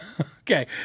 Okay